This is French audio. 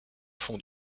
fonds